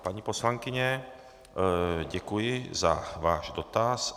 Paní poslankyně, děkuji za váš dotaz.